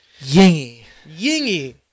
Yingy